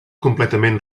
completament